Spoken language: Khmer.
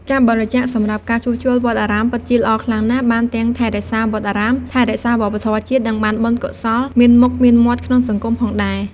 ការបរិច្ចាគសម្រាប់ការជួសជុលវត្តអារាម ពិតជាល្អខ្លាំងណាស់ បានទាំង ថែរក្សាវត្តអារាម ថែរក្សាវប្បធម៌ជាតិ និងបានបុណ្យកុសល មានមុខមានមាត់ក្នុងសង្គមផងដែរ។